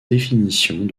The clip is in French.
définitions